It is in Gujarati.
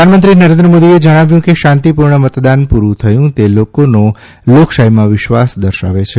પ્રધાનમંત્રી શ્રી નરેન્દ્ર મોદીએ જણાવ્યું કે શાંતિપૂર્વક મતદાન પટું થયું તે લોકોનો લોકશાહીમાં વિશ્વાસ દર્શાવે છે